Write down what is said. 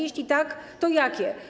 Jeśli tak, to jakie?